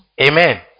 Amen